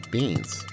Beans